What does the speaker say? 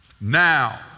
Now